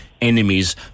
enemies